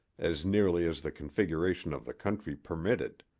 as nearly as the configuration of the country permitted.